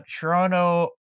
Toronto